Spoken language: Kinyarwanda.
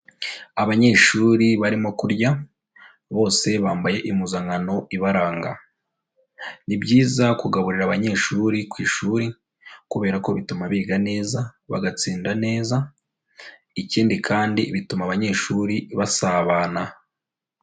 Abanyeshuri barimo kurya, bose bambaye impuzankano ibaranga. Ni byiza kugaburira abanyeshuri ku ishuri kubera ko bituma biga neza, bagatsinda neza, ikindi kandi bituma abanyeshuri basabana.